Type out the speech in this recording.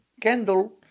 candle